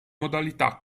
modalità